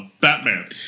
Batman